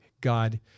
God